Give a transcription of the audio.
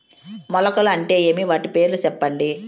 మొలకలు అంటే ఏమి? వాటి పేర్లు సెప్పండి?